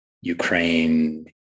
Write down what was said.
Ukraine